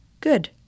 good